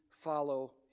follow